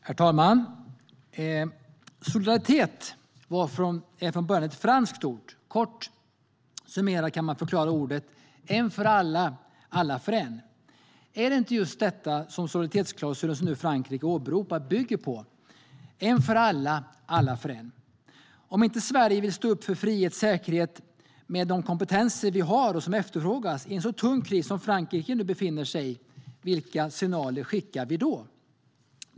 Herr talman! Solidaritet är från början ett franskt ord. Kort summerat kan man förklara det så här: En för alla, alla för en. Är det inte just detta som solidaritetsklausulen som Frankrike nu åberopar bygger på? En för alla, alla för en. Om inte Sverige vill stå upp för frihet och säkerhet med de kompetenser vi har och som efterfrågas i en så tung kris som Frankrike nu befinner sig i, vilka signaler skickar vi då?